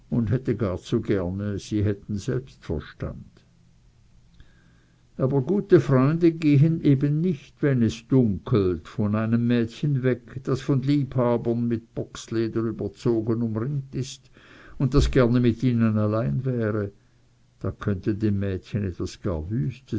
und hätte gar zu gerne sie hätten selbst verstand aber gute freunde gehen eben nicht wenn's dunkelt von einem mädchen weg das von liebhabern mit bocksleder überzogen umringt ist und das gerne mit ihnen allein wäre da könnte dem mädchen etwas gar